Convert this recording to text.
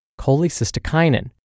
cholecystokinin